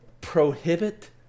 prohibit